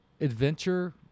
adventure